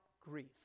grief